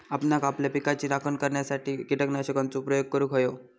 आपणांक आपल्या पिकाची राखण करण्यासाठी कीटकनाशकांचो प्रयोग करूंक व्हयो